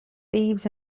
thieves